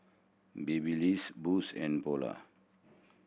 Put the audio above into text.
Babyliss Boost and Polar